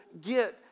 get